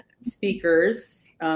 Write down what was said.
speakers